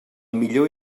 millor